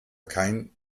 kein